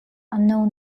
unknown